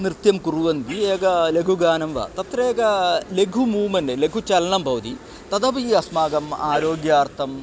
नृत्यं कुर्वन्ति एकं लघुगानं वा तत्र एकं लघु मूमेन्ट् लघु चलनं भवति तदपि अस्माकम् आरोग्यार्थम्